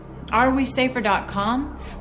Arewesafer.com